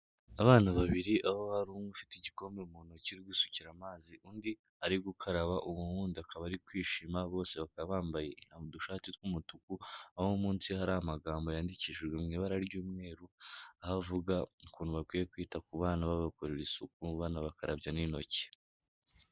Abana babiri aho hari umwe ufite igikombe mu ntoki gusukira amazi undi ari gukaraba uwo wundi akaba ari kwishima, bose bakaba bambaye udushati tw'umutuku, aho munsi hari amagambo yandikijwe mu ibara ry'umweru, aho avuga ukuntu bakwiye kwita ku bana babakorera isuku, banabakarabya n'intoki.